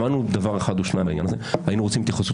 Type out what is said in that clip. שמענו דבר אחד או שניים בעניין הזה והיינו רוצים התייחסות